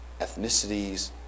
ethnicities